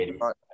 right